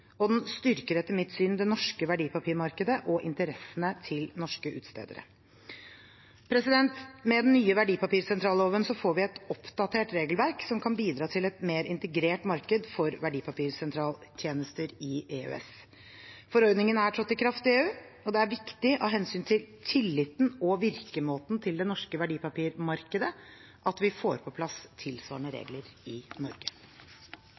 og den styrker etter mitt syn det norske verdipapirmarkedet og interessene til norske utstedere. Med den nye verdipapirsentralloven får vi et oppdatert regelverk som kan bidra til et mer integrert marked for verdipapirsentraltjenester i EØS. Forordningen er trådt i kraft i EU, og det er viktig av hensyn til tilliten og virkemåten til det norske verdipapirmarkedet at vi får på plass tilsvarende regler i Norge.